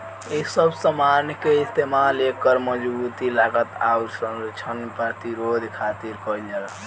ए सब समान के इस्तमाल एकर मजबूती, लागत, आउर संरक्षण प्रतिरोध खातिर कईल जाला